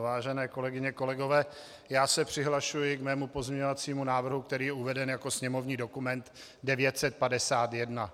Vážené kolegyně, kolegové, já se přihlašuji k mému pozměňovacímu návrhu, který je uveden jako sněmovní dokument 951.